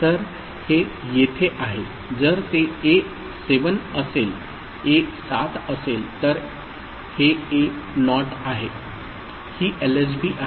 तर हे येथे आहे जर ते ए 7 असेल तर हे ए नॉट आहे ही LSB आहे आणि ही MSB आहे